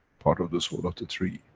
part of the soul of the tree,